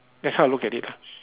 that's how I look at it ah